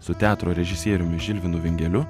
su teatro režisieriumi žilvinu vingeliu